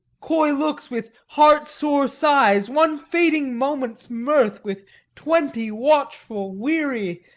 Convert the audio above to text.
coy looks with heart-sore sighs, one fading moment's mirth with twenty watchful, weary,